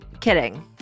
Kidding